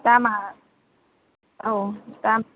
दामा औ दाम